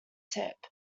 tip